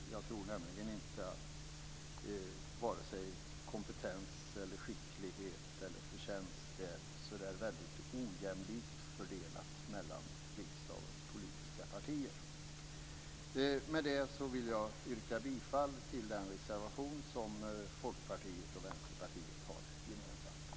Jag tror nämligen inte att vare sig kompetens, skicklighet eller förtjänst är så ojämlikt fördelat mellan riksdagens politiska partier. Med det vill jag yrka på godkännande av anmälan i den reservation som Folkpartiet och Vänsterpartiet har gemensamt, fru talman.